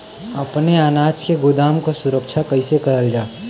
अपने अनाज के गोदाम क सुरक्षा कइसे करल जा?